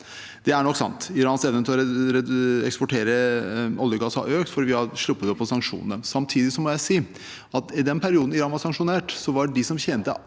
Det er nok sant. Irans evne til å eksportere olje og gass har økt fordi vi har sluppet opp på sanksjonene. Samtidig må jeg si at i den perioden Iran var sanksjonert, var de som tjente